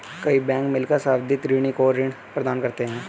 कई बैंक मिलकर संवर्धित ऋणी को ऋण प्रदान करते हैं